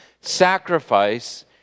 sacrifice